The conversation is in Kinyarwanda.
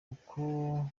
uko